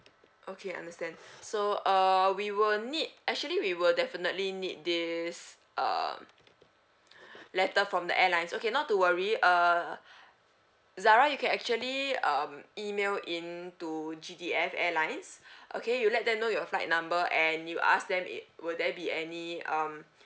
okay understand so uh we will need actually we will definitely need this um letter from the airlines okay not to worry uh zara you can actually um email in to G_D_F airlines okay you let them know your flight number and you ask them it will there be any um